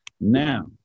Now